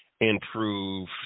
improve